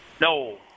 No